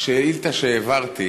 בשאילתה שהעברתי